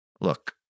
Look